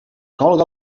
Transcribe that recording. colga